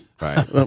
Right